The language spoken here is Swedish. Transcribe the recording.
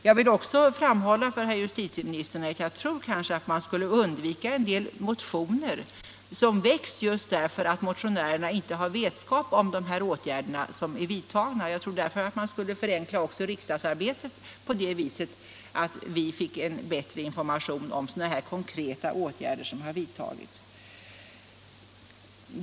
Jag vill också framhålla för herr justitieministern att en del motioner kanske skulle kunna undvikas eftersom de väcks just därför att motionärerna inte har vetskap om de åtgärder som är vidtagna. Jag tror därför att riksdagsarbetet skulle kunna förenklas om vi fick information om konkreta åtgärder som har vidtagits.